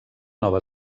nova